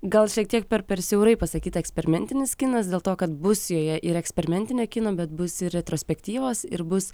gal šiek tiek per per siaurai pasakyta eksperimentinis kinas dėl to kad bus joje ir eksperimentinio kino bet bus ir retrospektyvos ir bus